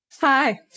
hi